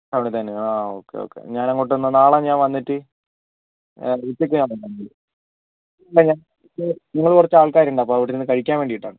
അവിടെ തന്നെ ആ ഓക്കെ ഓക്കെ ഞാൻ അങ്ങോട്ട് എന്നാൽ നാളെ ഞാൻ വന്നിട്ട് ഉച്ചയ്ക്ക് ഞാൻ വരും ഞങ്ങൾ കുറച്ച് ആൾക്കാർ ഉണ്ട് അപ്പോൾ അവിടെ ഇരുന്ന് കഴിക്കാൻ വേണ്ടിയിട്ട് ആണ്